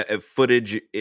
footage